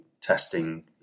testing